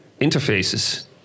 interfaces